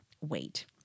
wait